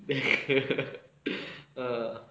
then err